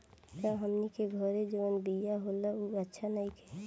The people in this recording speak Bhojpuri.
का हमनी के घरे जवन बिया होला उ अच्छा नईखे?